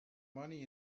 money